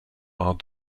are